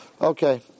Okay